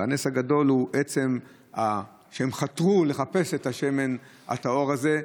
והנס הגדול הוא עצם זה שהם חתרו לחפש את השמן הטהור הזה,